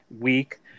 week